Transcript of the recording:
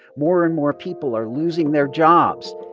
more and more people are losing their jobs,